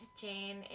Jane